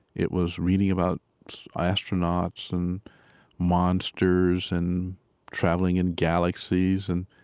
it was reading about astronauts and monsters and traveling in galaxies and,